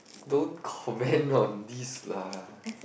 don't comment on this lah